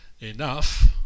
enough